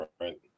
right